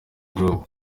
group